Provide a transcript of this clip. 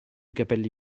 capelli